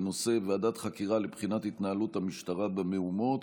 בנושא: ועדת חקירה לבחינת התנהלות המשטרה במהומות.